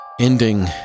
Ending